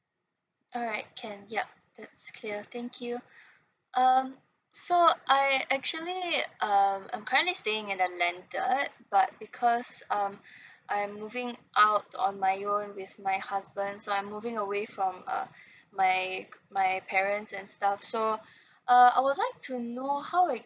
alright can yup that's clear thank you um so I actually um I'm currently staying in the landed but because um I'm moving out on my you'll with my husband so I'm moving away from uh my my parents and stuff so uh I would like to know how